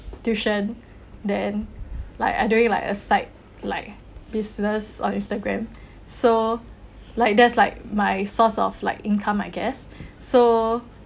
tuition then like I doing like a side like business on instagram so like that's like my source of like income I guess so